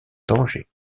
tanger